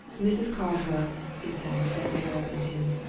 mrs. carswell, he said, as they all went in,